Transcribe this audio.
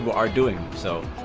but are doing so